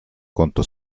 conto